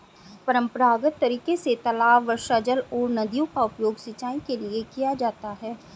परम्परागत तरीके से तालाब, वर्षाजल और नदियों का उपयोग सिंचाई के लिए किया जाता है